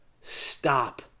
stop